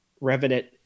revenant